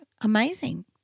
amazing